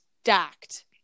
stacked